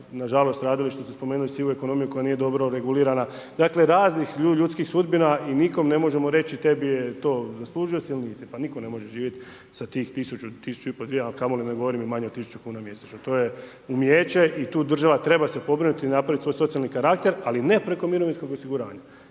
nažalost radili, šta ste spomenuli sivu ekonomiju koja nije dobro regulirana, dakle raznih ljudskih sudbina i nikom ne možemo reći tebi je to zaslužio si ili nisi. Pa nitko ne može živjet sa tih 1000, 1500, 2000, a kamoli da ne govorim manje od 1000 kuna mjesečno. To je umijeće i tu država treba se pobrinut napravit svoj socijalni karakter, ali ne preko mirovinskog osiguranja